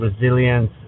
resilience